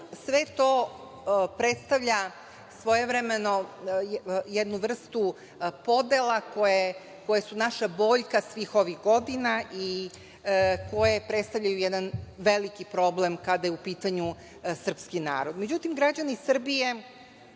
sve to predstavlja svojevremeno jednu vrstu podela koje su naša boljka svih ovih godina i koje predstavljaju jedan veliki problem kada je u pitanju srpski narod.Međutim, građani Srbije